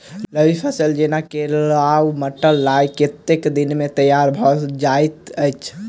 रबी फसल जेना केराव, मटर, राय कतेक दिन मे तैयार भँ जाइत अछि?